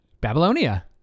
Babylonia